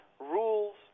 Rules